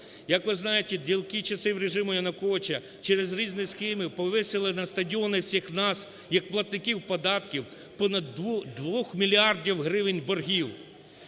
Як ви знаєте, ділки часів режиму Януковича через різні схеми повісили на (стадіони) всіх нас як платників податків понад 2 мільярдів гривень боргів.